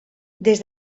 des